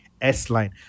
S-Line